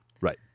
Right